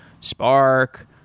Spark